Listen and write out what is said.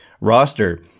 roster